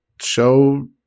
show